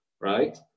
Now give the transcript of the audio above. right